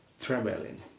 traveling